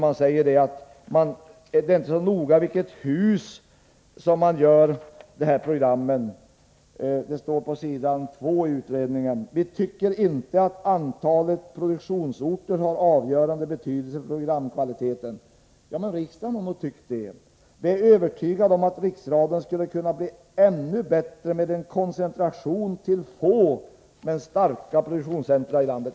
Man tycker inte att det är så noga i vilket hus programmen görs. På s. 2 i utredningen står bl.a. följande: ”Vi tycker inte att antalet produktionsorter har avgörande betydelse för programkvaliteten.” Det har däremot riksdagen tyckt. Jag är övertygad om att Riksradion skulle kunna bli ännu bättre med en koncentration till få men starka produktionscentra i landet.